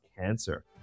cancer